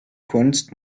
kunst